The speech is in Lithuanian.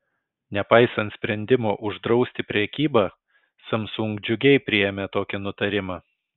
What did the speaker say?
nepaisant sprendimo uždrausti prekybą samsung džiugiai priėmė tokį nutarimą